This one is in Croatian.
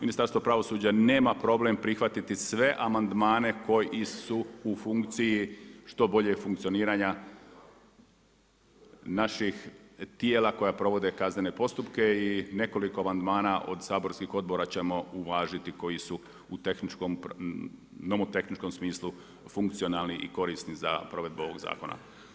Ministarstvo pravosuđa nema problem prihvatiti sve amandmane koji su u funkciji što boljeg funkcioniranja naših tijela koje provode kaznene postupke i nekoliko amandmana od saborskih odbora ćemo uvažiti koji su u nomotehničkom smislu funkcionalni i korisni za provedbu ovoga zakona.